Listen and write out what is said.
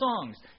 songs